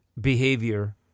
behavior